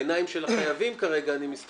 בעיניים של החייבים אני מסתכל,